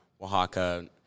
Oaxaca